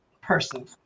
person